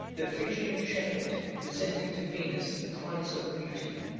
the phrygian shepherd presenting to venus the prize of beauty,